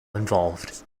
involved